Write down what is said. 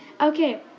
Okay